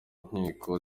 nkiko